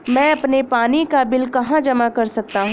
मैं अपने पानी का बिल कहाँ जमा कर सकता हूँ?